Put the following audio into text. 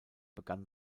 begann